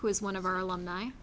who is one of our alumni